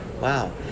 Wow